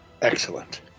Excellent